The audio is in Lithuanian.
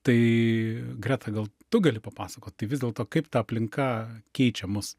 tai greta gal tu gali papasakot tai vis dėlto kaip ta aplinka keičia mus